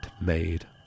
made